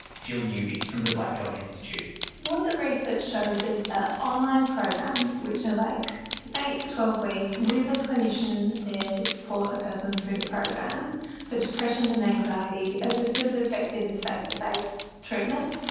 jill newby from the black dog institute what the research shows is that online programs, which are like eight to twelve weeks, with a clinician there to support a person through the program for depression and anxiety are just as effective as face-to-face treatment.